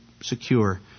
secure